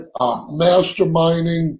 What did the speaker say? masterminding